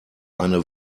eine